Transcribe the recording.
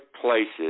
places